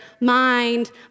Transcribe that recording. mind